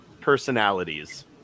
personalities